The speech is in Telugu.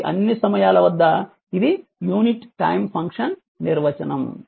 కాబట్టి అన్ని సమయాల వద్ద ఇది యూనిట్ టైమ్ ఫంక్షన్ నిర్వచనం